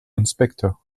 inspector